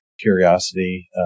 curiosity